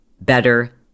better